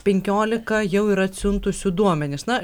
penkiolika jau yra atsiuntusių duomenis na